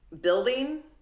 building